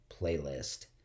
playlist